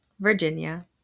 Virginia